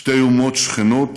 שתי אומות שכנות